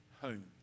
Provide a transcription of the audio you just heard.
home